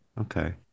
Okay